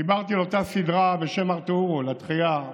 דיברתי על אותה סדרה בשם "ארטורול", "התחייה",